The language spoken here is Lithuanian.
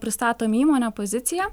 pristatom įmonę poziciją